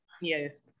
yes